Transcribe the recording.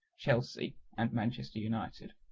chelsea and manchester united.